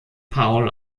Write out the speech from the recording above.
paul